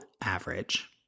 average